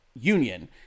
union